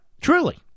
truly